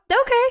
okay